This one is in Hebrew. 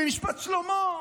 אמרו "משפט שלמה",